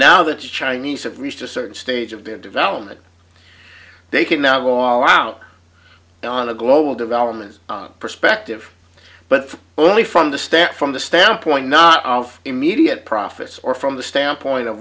now the chinese have reached a certain stage of development they can now go all out on the global development perspective but only from the stack from the standpoint not of immediate profits or from the standpoint of